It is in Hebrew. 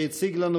שהציג לנו,